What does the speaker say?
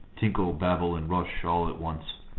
tinkle, babble, and rush, all at once.